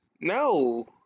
No